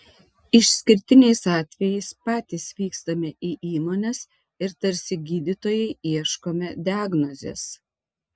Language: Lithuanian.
išskirtiniais atvejais patys vykstame į įmones ir tarsi gydytojai ieškome diagnozės